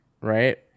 right